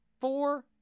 four